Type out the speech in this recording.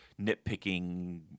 nitpicking